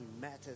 matters